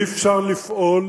אי-אפשר לפעול,